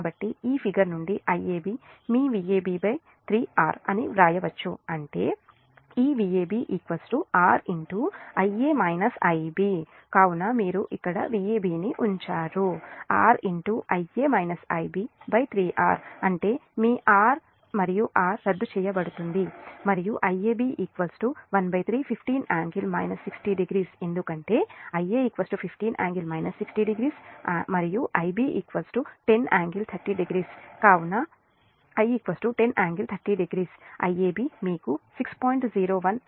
కాబట్టి ఈ ఫిగర్ నుండి Iab మీ V ab 3R అని వ్రాయవచ్చు అంటే ఈ Vab R కాబట్టి మీరు ఇక్కడ Vab ను ఉంచారు R 3R అంటే మీ RR రద్దు చేయబడుతుంది మరియు Iab 13 15∟ 60o ఎందుకంటేIa 15∟ 60o and Ib 10∟30o I కాబట్టి 10∟30o కాబట్టి Iab మీకు 6